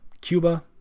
Cuba